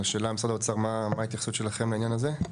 השאלה, משרד האוצר, מה ההתייחסות שלכם לעניין הזה?